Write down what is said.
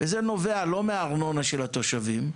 זה נובע לא מהארנונה של התושבים,